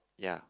ya